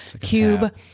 cube